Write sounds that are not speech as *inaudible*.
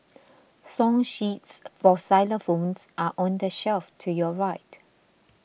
*noise* song sheets for xylophones are on the shelf to your right